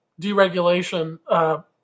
deregulation